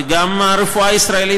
וגם הרפואה הישראלית,